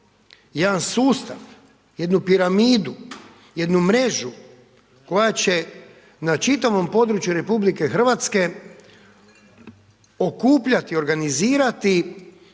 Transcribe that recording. jedan sustav, jednu piramidu, jednu mrežu koja će na čitavom području RH okupljati, organizirati